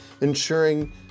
ensuring